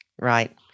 Right